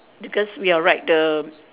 because we are right the